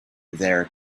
their